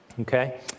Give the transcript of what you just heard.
okay